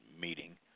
meeting